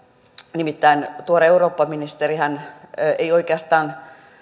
nimittäin tuore eurooppaministerihän ei oikeastaan